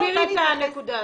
תסבירי את הנקודה הזאת.